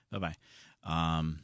Bye-bye